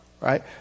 right